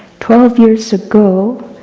twelve years ago,